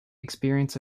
experience